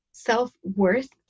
self-worth